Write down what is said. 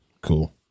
Cool